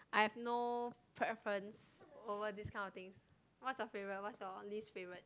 I have no preference over this kind of things what's your favorite what's your least favorite